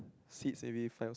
seat and we fells